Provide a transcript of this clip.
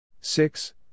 six